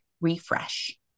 refresh